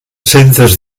centres